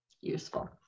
useful